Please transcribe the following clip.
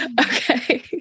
Okay